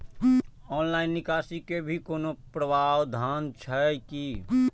Online निकासी के भी कोनो प्रावधान छै की?